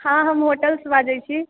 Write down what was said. हॅं हम होटल सँ बाजै छी